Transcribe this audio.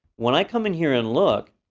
when i come in here and look,